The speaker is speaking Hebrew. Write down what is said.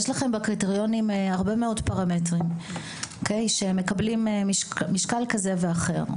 יש לכם בקריטריונים הרבה מאוד פרמטרים שמקבלים משקל כזה או אחר.